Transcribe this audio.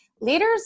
leaders